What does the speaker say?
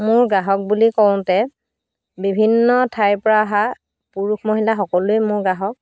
মোৰ গ্ৰাহক বুলি কওঁতে বিভিন্ন ঠাইৰপৰা অহা পুৰুষ মহিলা সকলোৱেই মোৰ গ্ৰাহক